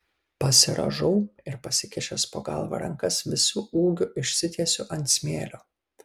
pasirąžau ir pasikišęs po galva rankas visu ūgiu išsitiesiu ant smėlio